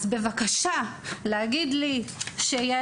אז בבקשה, להגיד לי שיש